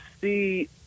see –